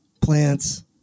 plants